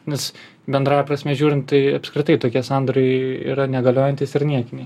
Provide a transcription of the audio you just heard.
nes bendrąja prasme žiūrint tai apskritai tokie sandoriui yra negaliojantys ir niekiniai